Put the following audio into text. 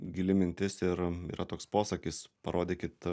gili mintis ir yra toks posakis parodykit